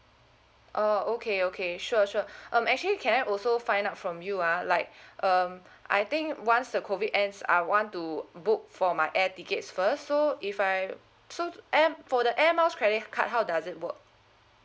oh okay okay sure sure um actually can I also find out from you ah like um I think once the COVID ends I want to book for my air tickets first so if I so air for the airmiles credit card how does it work